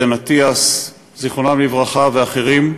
ועדן אטיאס, זיכרונם לברכה, ואחרים.